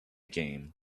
game